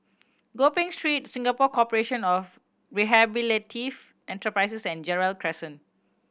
Gopeng Street Singapore Corporation of Rehabilitative Enterprises and Gerald Crescent